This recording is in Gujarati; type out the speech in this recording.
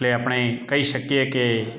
એટલે આપણે કઈ શકીએ કે